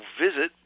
visit